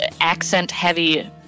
accent-heavy